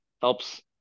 helps